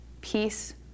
Peace